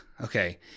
okay